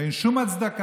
ואין שום הצדקה